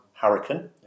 Hurricane